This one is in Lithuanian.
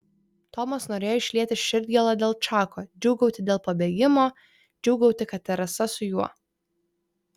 tomas norėjo išlieti širdgėlą dėl čako džiūgauti dėl pabėgimo džiūgauti kad teresa su juo